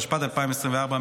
התשפ"ד 2024,